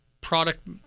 product